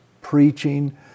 preaching